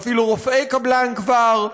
ואפילו רופאי קבלן כבר יש.